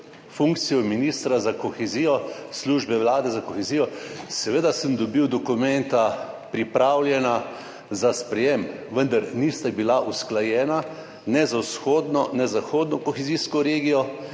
funkcijo ministra za kohezijo, službe Vlade za kohezijo, sem seveda dobil dokumenta, pripravljena za sprejetje, vendar nista bila usklajena ne z vzhodno ne z zahodno kohezijsko regijo